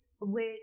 which-